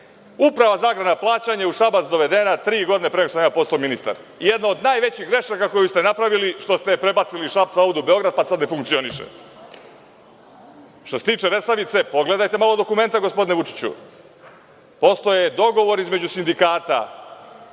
Uprava za agrarna plaćanja je u Šabac dovedena tri godine pre nego što sam postao ministar. Jedna od najvećih grešaka koju ste napravili, što ste je prebacili iz Šapca u Beograd, pa sad ne funkcioniše. Što se tiče Resavice, pogledajte malo dokumenta gospodine Vučiću. Postoje dogovori između sindikata,